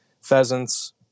pheasants